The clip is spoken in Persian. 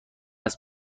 است